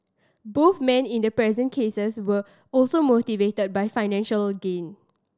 both men in the present cases were also motivated by financial gain